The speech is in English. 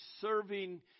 serving